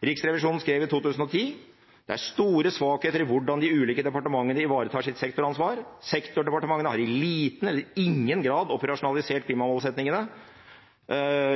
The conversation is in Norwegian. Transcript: Riksrevisjonen skrev i 2010 at det er store svakheter i hvordan de ulike departementene ivaretar sitt sektoransvar. Sektordepartementene har i liten eller ingen grad operasjonalisert klimamålsettingene